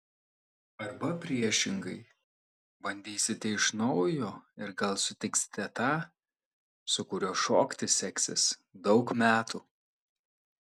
arba priešingai bandysite iš naujo ir gal sutiksite tą su kuriuo šokti seksis daug metų